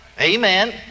Amen